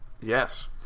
Yes